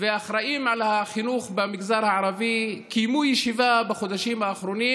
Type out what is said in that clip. והאחראים על החינוך במגזר הערבי קיימו ישיבה בחודשים האחרונים,